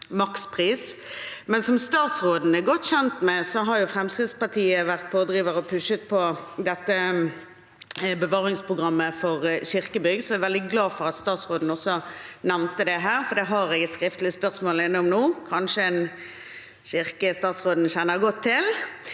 som statsråden er godt kjent med, har Fremskrittspartiet vært pådrivere og pushet for dette bevaringsprogrammet for kirkebygg. Jeg er veldig glad for at statsråden også nevnte det her, for det har jeg et skriftlig spørsmål om inne nå – det er en kirke statsråden kanskje kjenner godt til.